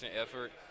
effort